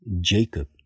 Jacob